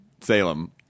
Salem